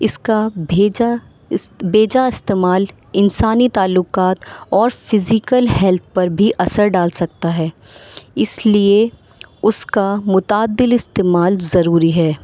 اس کا بھیجا بھیجا استعمال انسانی تعلقات اور فزیکل ہیلتھ پر بھی اثر ڈال سکتا ہے اس لیے اس کا متعدل استعمال ضروری ہے